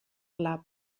club